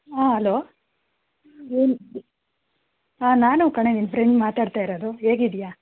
ಆಂ hello ಏನು ಹಾಂ ನಾನು ಕಣೆ ನಿನ್ನ ಫ್ರೆಂಡ್ ಮಾತಾಡ್ತಾ ಇರೋದು ಹೇಗಿದಿಯಾ